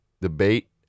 debate